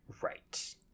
Right